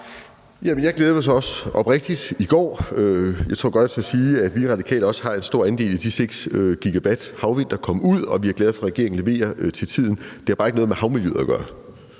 Jeg glædede mig så også oprigtigt i går. Jeg tror godt, at jeg tør sige, at vi i Radikale også har en stor andel i de 6 GW havvindenergi, der kom ud af det, og at vi er glade for, at regeringen leverer til tiden. Det har bare ikke noget med havmiljøet at gøre,